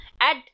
add